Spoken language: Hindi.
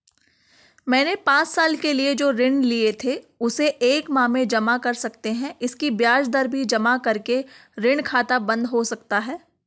मैंने पांच साल के लिए जो ऋण लिए थे उसे एक माह में जमा कर सकते हैं इसकी ब्याज दर भी जमा करके ऋण खाता बन्द हो सकता है?